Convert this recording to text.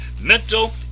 mental